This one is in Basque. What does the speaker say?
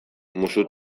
musu